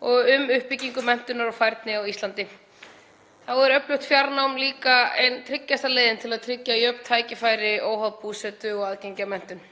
og um uppbyggingu menntunar og færni á Íslandi. Öflugt fjarnám er líka ein tryggasta leiðin til að tryggja jöfn tækifæri óháð búsetu og aðgengi að menntun.